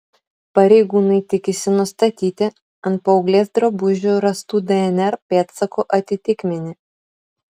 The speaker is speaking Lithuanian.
pareigūnai tikisi nustatyti ant paauglės drabužių rastų dnr pėdsakų atitikmenį